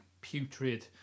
putrid